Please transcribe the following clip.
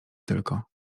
tylko